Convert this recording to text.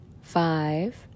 five